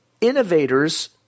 innovators